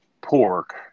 pork